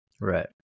Right